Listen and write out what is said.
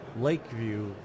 lakeview